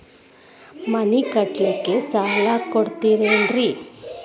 ಮನಿ ಕಟ್ಲಿಕ್ಕ ಸಾಲ ಕೊಡ್ತಾರೇನ್ರಿ?